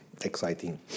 Exciting